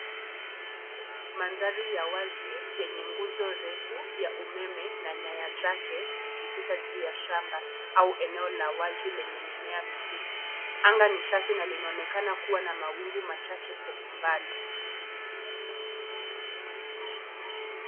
Mandhari ya wazi yenye nguzo refu ya umeme na nyaya zake zikipita juu ya shamba au eneo la wazi lenye mimea mifupi. Anga ni safi na linaonekana kuwa na mawingu machache kwa umbali.